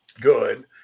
good